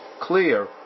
clear